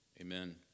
amen